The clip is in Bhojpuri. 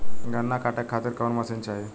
गन्ना कांटेके खातीर कवन मशीन चाही?